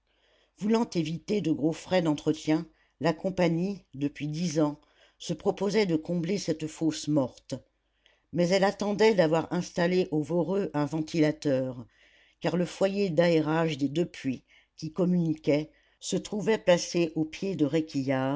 voulant éviter de gros frais d'entretien la compagnie depuis dix ans se proposait de combler cette fosse morte mais elle attendait d'avoir installé au voreux un ventilateur car le foyer d'aérage des deux puits qui communiquaient se trouvait placé au pied de